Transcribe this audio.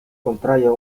contrario